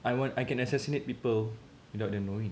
I want I can assassinate people without them knowing